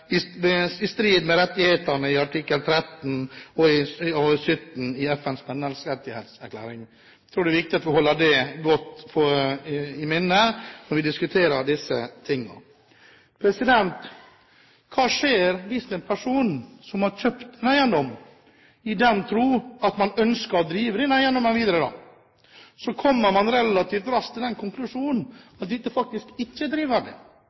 i strid med rettighetene i artiklene 13 og 17 i FNs menneskerettighetserklæring. Jeg tror det er viktig at vi har det friskt i minne når vi diskuterer disse tingene. Hva skjer hvis en person som har kjøpt en eiendom i den tro at man kan drive denne videre, relativt raskt kommer til den konklusjon at denne faktisk ikke er drivverdig, at man ikke lenger har anledning til